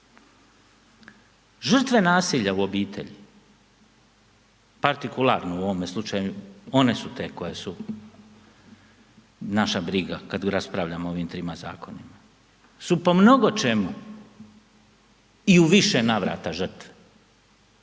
Žrtve nasilja u obitelji, partikularno u ovome slučaju one su te koje su naša briga kad raspravljamo o ovim trima zakona su po mnogo čemu i u više navrata žrtve,